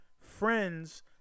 friends